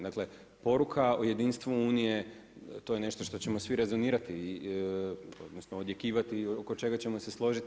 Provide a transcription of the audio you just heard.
Dakle, poruka o jedinstvu Unije to je nešto što ćemo svi rezonirati odnosno odjekivati, oko čega ćemo se složiti.